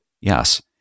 yes